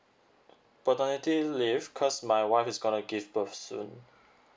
paternity leave cause my wife is gonna give birth soon